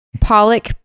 Pollock